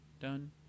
done